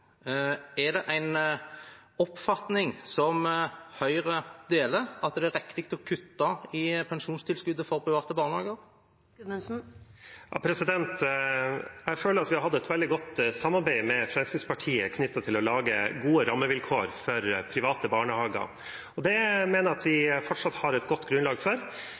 Er det en oppfatning som Høyre deler – at det er riktig å kutte i pensjonstilskuddet for private barnehager? Jeg føler at vi har hatt et veldig godt samarbeid med Fremskrittspartiet knyttet til å lage gode rammevilkår for private barnehager. Det mener jeg at vi fortsatt har et godt grunnlag for.